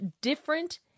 different